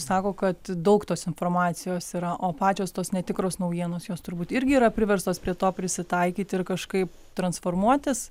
sako kad daug tos informacijos yra o pačios tos netikros naujienos jos turbūt irgi yra priverstos prie to prisitaikyti ir kažkaip transformuotis